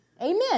Amen